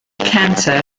cantor